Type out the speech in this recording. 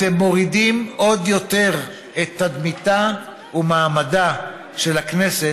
אתם מורידים עוד יותר את תדמיתה ומעמדה של הכנסת,